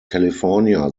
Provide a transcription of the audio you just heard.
california